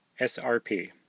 SRP